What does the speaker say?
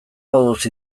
moduz